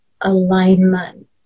alignment